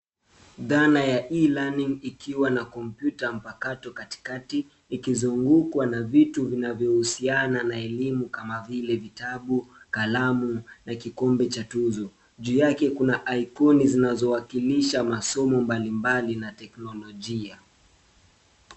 Dhana ya e-learning ikiwa na kompyuta mpakato katikati, ikizungungwa na vitu vinavyousiana na elimu kama vile vitabu, kalamu na kikombe cha tuzo. Juu yake kuna ikoni zinazowakilisha masomo mbalimbali na teknolojia.